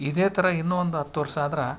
ಇದೆ ಥರ ಇನ್ನು ಒಂದು ಹತ್ತು ವರ್ಷ ಆದರೆ